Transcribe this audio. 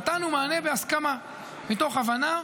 נתנו מענה בהסכמה מתוך הבנה,